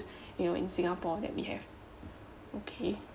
you know in the singapore that we have okay